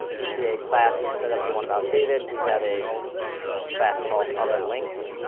we see a class, instead of the one about david, we have a class called other links,